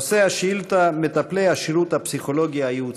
נושא השאילתה: מטפלי השירות הפסיכולוגי-ייעוצי.